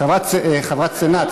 חברת הסנאט.